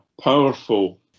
powerful